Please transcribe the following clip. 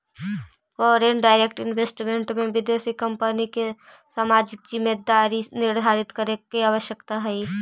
foreign direct investment में विदेशी कंपनिय के सामाजिक जिम्मेदारी निर्धारित करे के आवश्यकता हई